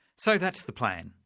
so that's the plan,